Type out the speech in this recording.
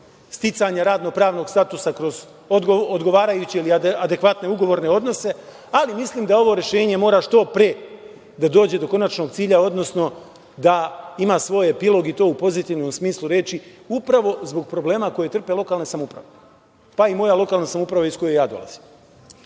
sticanja radno pravnog statusa kroz odgovarajuće ili adekvatne ugovorne odnose, ali mislim da ovo rešenje mora što pre da dođe do konačnog cilja, odnosno da ima svoj epilog i to u pozitivnom smislu reči, upravo zbog problema koji trpe lokalne samouprave, pa i moja lokalna samouprava iz koje ja dolazim. Što